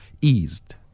eased